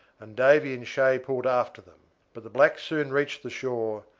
and davy and shay pulled after them but the blacks soon reached the shore,